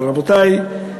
אבל, רבותי,